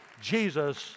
Jesus